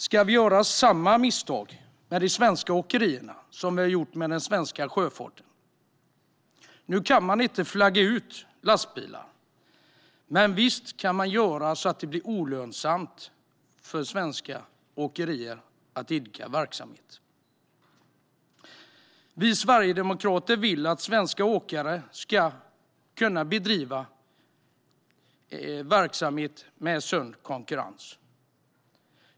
Ska vi göra samma misstag med de svenska åkerierna som vi har gjort med den svenska sjöfarten? Nu kan man inte flagga ut lastbilar, men visst kan man göra så att det blir olönsamt för svenska åkerier att idka verksamhet. Vi sverigedemokrater vill att svenska åkare ska kunna bedriva verksamhet med sund konkurrens.